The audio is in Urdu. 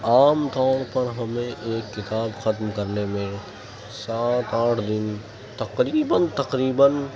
عام طور پر ہمیں ایک کتاب ختم کرنے میں سات آٹھ دن تقریباً تقریباً